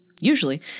Usually